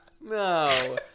No